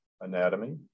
anatomy